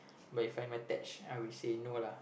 but if I'm attached I will say no lah